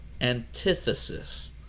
antithesis